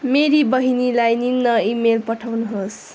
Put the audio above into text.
मेरी बहिनीलाई निम्न इमेल पठाउनुहोस्